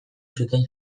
zuten